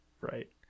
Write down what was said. Right